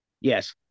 Yes